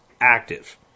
active